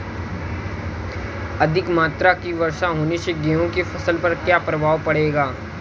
अधिक मात्रा की वर्षा होने से गेहूँ की फसल पर क्या प्रभाव पड़ेगा?